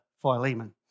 Philemon